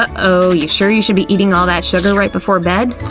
ah oh, you sure you should be eating all that sugar right before bed?